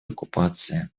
оккупацией